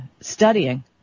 studying